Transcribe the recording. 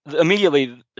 immediately